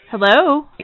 Hello